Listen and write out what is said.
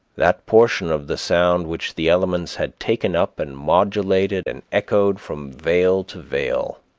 that portion of the sound which the elements had taken up and modulated and echoed from vale to vale.